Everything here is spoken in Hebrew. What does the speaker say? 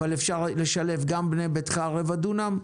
אבל אפשר לשלב גם בנה ביתך רבע דונם,